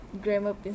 grammar